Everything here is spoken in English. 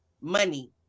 money